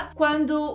quando